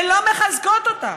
הן לא מחזקות אותה.